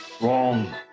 Wrong